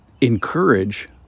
encourage